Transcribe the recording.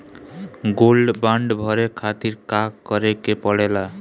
Gold bond भरे खातिर का करेके पड़ेला?